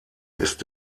ist